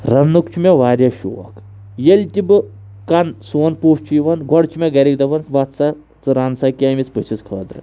رَننُک چھُ مےٚ واریاہ شوق ییٚلہِ تہِ بہٕ کانٛہہ سون پوٚژھ چھِ یِوان گۄڈٕ چھِ مےٚ گَرِکۍ دَپان وۄتھ سَا ژٕ رَن سَا کینٛہہ أمِس پٔژھِس خٲطرٕ